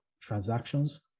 transactions